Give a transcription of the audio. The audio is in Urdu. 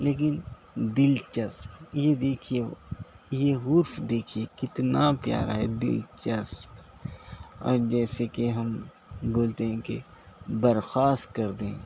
لیکن دلچسپ یہ دیکھیے وہ یہ حَرف دیکھیے کتنا پیارا ہے دلچسپ اور جیسے کہ ہم بولتے ہیں کہ برخاست کر دیں